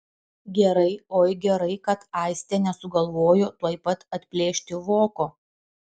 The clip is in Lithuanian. gerai oi gerai kad aistė nesugalvojo tuoj pat atplėšti voko